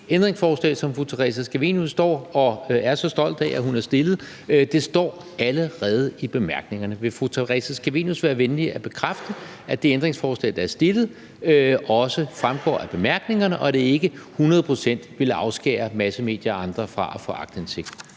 ændringsforslag, som fru Theresa Scavenius står og er så stolt af at hun har stillet; det står allerede i bemærkningerne. Vil fru Theresa Scavenius være venlig at bekræfte, at de ændringsforslag, der er stillet, også fremgår af bemærkningerne, og at det ikke hundrede procent vil afskære massemedier og andre fra at få aktindsigt?